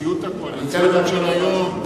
במציאות הקואליציונית של היום,